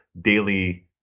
daily